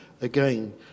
again